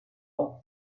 auch